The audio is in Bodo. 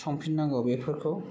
संफिननांगौ बेफोरखौ आं